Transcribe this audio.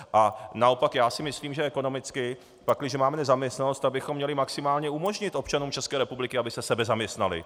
A naopak já si myslím, že ekonomicky, pakliže máme nezaměstnanost, tak bychom měli maximálně umožnit občanům České republiky, aby se sebezaměstnali.